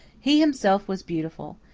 he himself was beautiful.